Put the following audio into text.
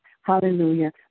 Hallelujah